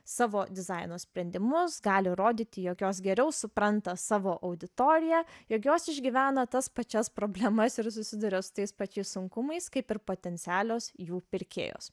savo dizaino sprendimus gali rodyti jog jos geriau supranta savo auditoriją jog jos išgyvena tas pačias problemas ir susiduria su tais pačiais sunkumais kaip ir potencialios jų pirkėjos